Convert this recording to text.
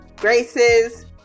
Grace's